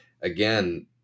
again